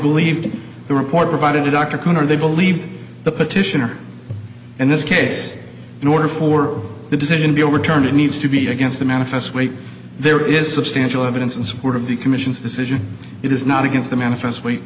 believed the report provided to dr cohen or they believe the petitioner in this case in order for the decision to overturn it needs to be against the manifest weight there is substantial evidence in support of the commission's decision it is not against the manifest w